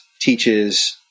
teaches